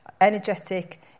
energetic